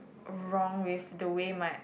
wrong with the way my